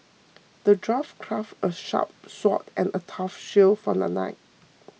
the dwarf crafted a sharp sword and a tough shield for the knight